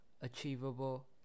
achievable